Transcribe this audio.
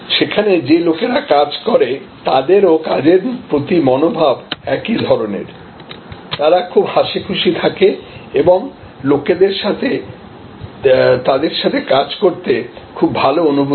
সেখানে যে লোকেরা কাজ করে তাদেরও কাজের প্রতি মনোভাব একই ধরনের তারা খুব হাসিখুশি থাকে এবং লোকেদের তাদের সাথে কাজ করতে খুব ভালো অনুভূতি হয়